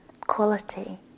quality